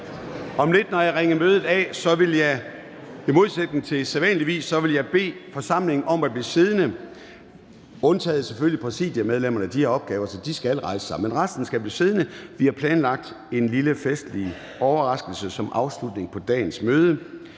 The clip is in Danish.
ned igen. Når jeg har ringet mødet af om lidt, vil jeg i modsætning til sædvane bede forsamlingen om at blive siddende – undtagen selvfølgelig præsidiemedlemmerne, fordi de har opgaver og derfor skal rejse sig. Resten skal blive siddende. Vi har planlagt en lille festlig overraskelse som afslutning på dagens møde.